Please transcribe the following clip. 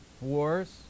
wars